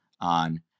on